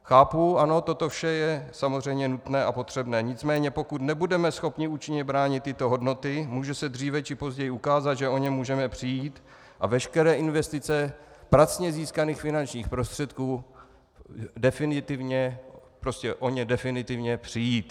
Chápu, ano, toto vše je samozřejmě nutné a potřebné, nicméně pokud nebudeme schopni účinně bránit tyto hodnoty, může se dříve či později ukázat, že o ně můžeme přijít a veškeré investice pracně získaných finančních prostředků, o ně definitivně přijít.